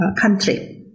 country